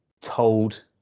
told